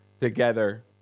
together